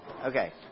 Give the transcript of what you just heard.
Okay